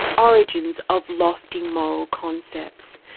origins of lofty moral concepts.